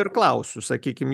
ir klausiu užsakykim